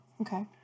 Okay